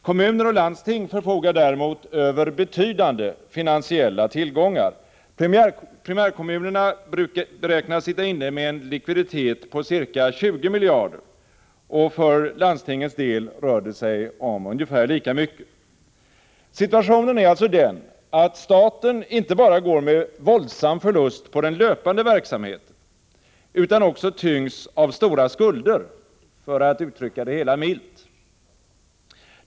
Kommuner och landsting förfogar däremot över betydande finansiella tillgångar. Primärkommunerna beräknas sitta inne med en likviditet på ca 20 miljarder, och för landstingens del rör det sig om ungefär lika mycket. Situationen är alltså den, att staten inte bara går med våldsam förlust på den löpande verksamheten utan också tyngs av stora skulder — för att uttrycka sig milt.